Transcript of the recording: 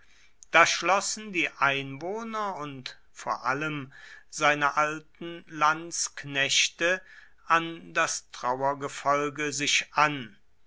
da schlossen die einwohner und vor allem seine alten lanzknechte an das trauergefolge sich an